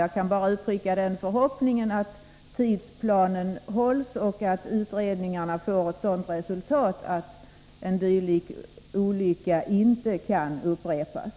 Jag kan bara uttrycka den förhoppningen att tidsplanerna hålls och att utredningarna får ett sådant resultat att en dylik olycka inte kan upprepas.